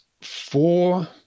four –